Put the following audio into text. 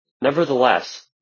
Nevertheless